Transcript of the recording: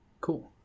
cool